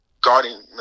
guarding